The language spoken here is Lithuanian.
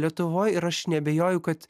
lietuvoj ir aš neabejoju kad